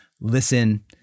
listen